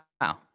wow